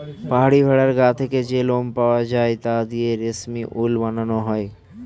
পাহাড়ি ভেড়ার গা থেকে যে লোম পাওয়া যায় তা দিয়ে রেশমি উল বানানো হয়